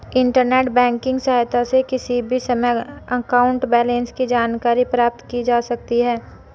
internet banking की सहायता से किसी भी समय अकाउंट बैलेंस की जानकारी प्राप्त की जा सकती है